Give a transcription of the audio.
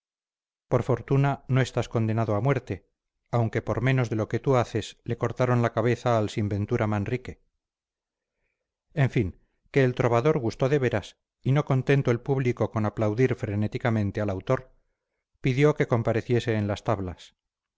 por fortuna no estás condenado a muerte aunque por menos de lo que tú haces le cortaron la cabeza al sin ventura manrique en fin que el trovador gustó de veras y no contento el público con aplaudir frenéticamente al autor pidió que compareciese en las tablas